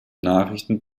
nachrichten